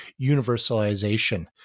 universalization